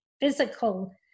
physical